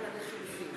מנואל טרכטנברג,